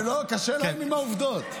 לא, קשה להם עם העובדות.